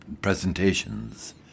presentations